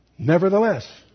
Nevertheless